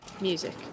Music